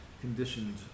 conditioned